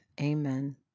amen